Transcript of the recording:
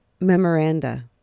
memoranda